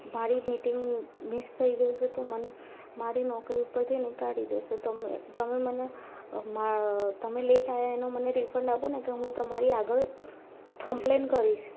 મારી meeting miss miss થઈ ગઈ છે તો મને મારી નોકરી ઉપરથી નિકાળી દેશે તો તમે મને તમે લેટ આવ્યાં તેનું મને રિફંડ આપો નહિતર હું તમારી આગળ કમ્પલેન કરીશ